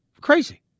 Crazy